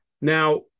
Now